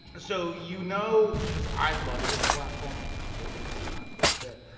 so, you know, because i love this platform and i'm hoping it's not bullshit.